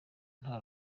nta